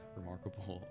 remarkable